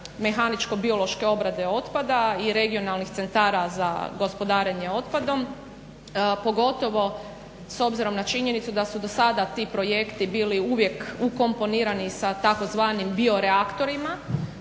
mehaničko-biološke obrade otpada i regionalnih centara za gospodarenje otpadom, pogotovo s obzirom na činjenicu da su do tada ti projekti bili uvijek ukomponirani sa tzv. bioreaktorima,